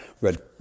Red